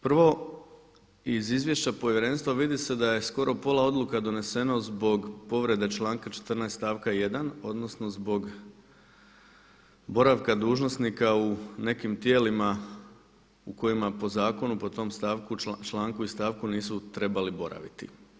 Prvo, iz izvješća povjerenstva vidi se da je skoro pola odluka doneseno zbog povrede članka 14. stavka 1. odnosno zbog boravka dužnosnika u nekim tijelima u kojima po zakonu po tom stavku članku i stavku nisu trebali boraviti.